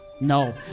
No